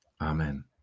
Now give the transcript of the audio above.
Amen